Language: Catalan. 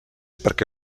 perquè